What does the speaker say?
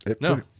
No